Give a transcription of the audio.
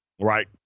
Right